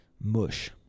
mush